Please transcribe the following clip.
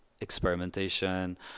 experimentation